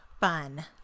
fun